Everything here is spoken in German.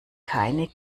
keine